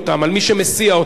על מי שמסיע אותם,